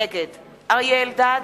נגד אריה אלדד,